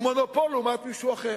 הוא מונופול לעומת מישהו אחר.